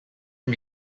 can